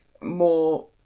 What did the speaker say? more